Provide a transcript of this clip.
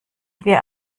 wir